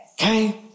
Okay